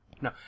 No